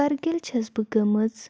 کرگِل چھَس بہٕ گٔمٕژ